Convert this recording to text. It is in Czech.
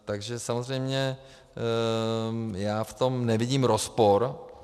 Takže samozřejmě já v tom nevidím rozpor.